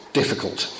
difficult